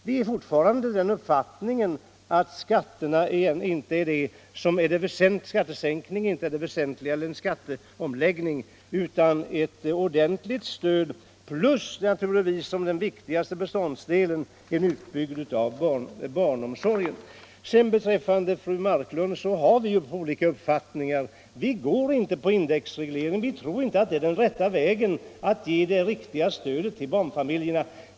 Vi har fortfarande den uppfattningen att skatteomläggningen inte är det väsentliga, utan att ett ordentligt stöd plus naturligtvis, som den viktigaste beståndsdelen, en utbyggnad av barnomsorgen är det viktigaste. Fru Marklund och vi socialdemokrater har olika uppfattningar. Vi går inte på indexregleringen för vi tror inte att det är den rätta vägen att ge det riktiga stödet till barnfamiljerna.